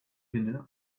günü